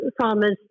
farmers